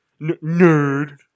Nerd